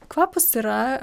kvapas yra